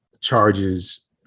charges